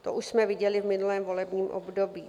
To už jsme viděli v minulém volebním období.